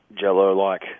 jello-like